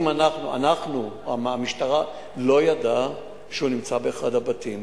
אנחנו, המשטרה לא ידעה שהוא נמצא באחד הבתים.